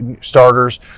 starters